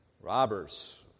robbers